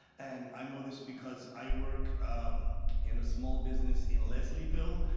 and i know this, because i work um in a small business in leslieville.